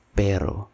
pero